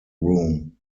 room